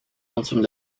rondom